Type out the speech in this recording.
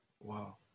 wow